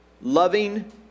loving